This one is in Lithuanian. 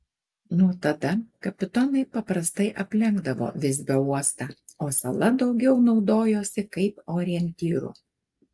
nuo tada kapitonai paprastai aplenkdavo visbio uostą o sala daugiau naudojosi kaip orientyru